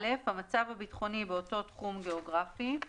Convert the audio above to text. (א)המצב הביטחוני באותו תחום גיאוגרפי;